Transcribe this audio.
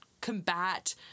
combat